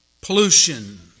pollution